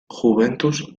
juventus